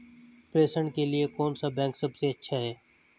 प्रेषण के लिए कौन सा बैंक सबसे अच्छा है?